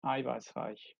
eiweißreich